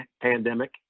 pandemic